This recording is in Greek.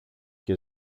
και